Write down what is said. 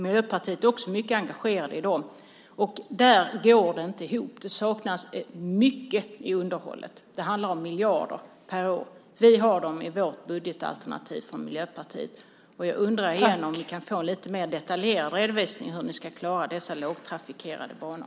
Miljöpartiet är också mycket engagerat i de banorna. Det går inte ihop. Det saknas mycket i underhållet. Det handlar om miljarder per år. Vi har dessa pengar i Miljöpartiets budgetalternativ. Går det att få en mer detaljerad redovisning av hur ni ska klara underhållet av dessa lågtrafikerade banor?